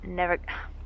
never-